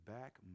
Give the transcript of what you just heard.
back